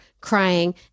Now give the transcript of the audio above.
crying